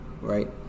right